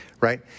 right